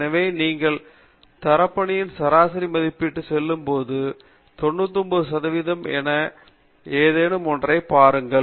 எனவே நீங்கள் இரு தரப்பினரின் சராசரி மதிப்பீட்டிற்குச் செல்லும்போது நீங்கள் பகுதியில் 99 சதவிகிதம் என ஏதேனும் ஒன்றை பாதுகாக்கிறீர்கள்